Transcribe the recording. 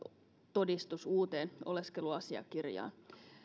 todistus uuteen oleskeluasiakirjaan